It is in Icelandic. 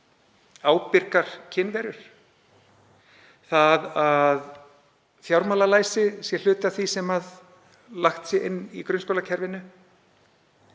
ábyrgar kynverur, að fjármálalæsi sé hluti af því sem lagt sé inn í grunnskólakerfinu,